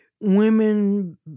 women